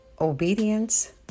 Obedience